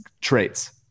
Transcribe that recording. traits